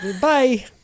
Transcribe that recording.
Bye